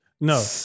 No